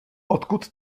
odkud